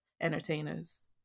entertainers